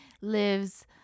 lives